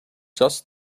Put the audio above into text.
just